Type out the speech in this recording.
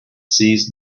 seized